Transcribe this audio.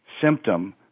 symptom